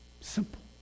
Simple